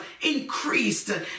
increased